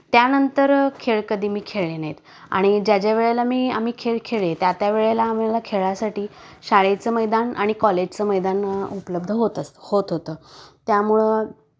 त्यानंतर खेळ कधी मी खेळले नाही आहेत आणि ज्या ज्या वेळेला मी आम्ही खेळ खेळले त्या त्या वेळेला आम्हाला खेळासाठी शाळेचं मैदान आणि कॉलेजचं मैदान उपलब्ध होत असतं होत होतं त्यामुळं